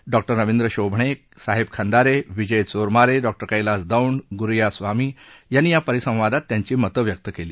doctor Ravindra Shobhane साहेब Khandare Vijay Chormare doctor Kailas Daund ग्रुया स्वामी यांनी या परिसंवादात त्यांची मतं व्यक्त केली